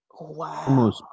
wow